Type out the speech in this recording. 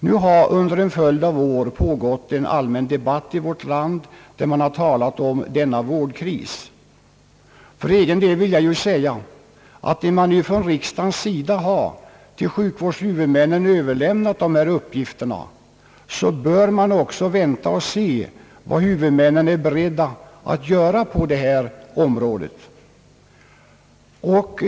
Nu har under en följd av år pågått en allmän debatt i vårt land, där man har talat om vårdkrisen. För egen del vill jag säga att när riksdagen till sjukvårdshuvudmännen har överlämnat dessa uppgifter, så bör man också vänta och se vad huvudmännen är beredda att göra på detta område.